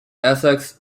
essex